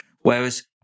Whereas